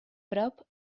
prop